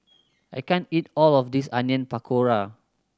I can't eat all of this Onion Pakora